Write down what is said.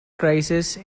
crisis